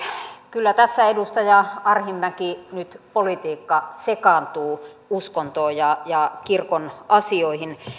kyllä tässä edustaja arhinmäki nyt politiikka sekaantuu uskontoon ja ja kirkon asioihin